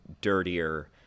dirtier